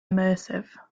immersive